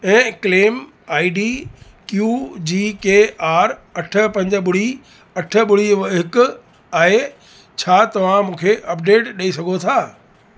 ऐं claim I D Q G K R अठ पंज ॿुड़ी अठ ॿुड़ी ओ व हिकु आहे छा तव्हां मूंखे अपडेट ॾई सघो था